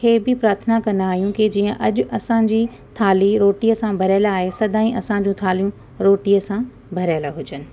खे बि प्रार्थना कंदा आहियूं की जीअं अॼु असांजी थाली रोटीअ सां भारियलु आहे सदाईं असांजी थालियूं रोटीअ सां भरियलु हुजनि